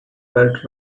felt